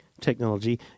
technology